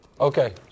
Okay